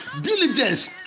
Diligence